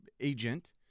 agent